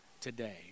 today